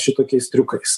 šitokiais triukais